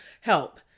help